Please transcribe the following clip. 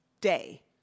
day